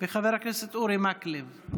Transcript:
וחבר הכנסת אורי מקלב.